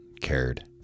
cared